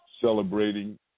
celebrating